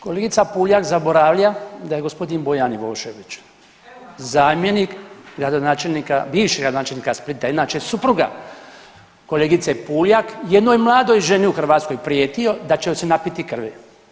Kolegica Puljak zaboravlja da je gospodin Bojan Milošević zamjenik gradonačelnika, bivšeg gradonačelnika Splita inače supruga kolegice Puljak jednoj mladoj ženi u Hrvatskoj prijetio da će joj se napiti krvi.